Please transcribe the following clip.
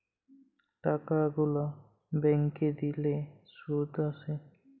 টাকা গুলা ব্যাংকে দিলে শুধ আসে